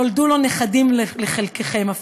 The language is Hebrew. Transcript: נולדו נכדים לחלקכם,